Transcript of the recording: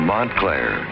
Montclair